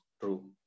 true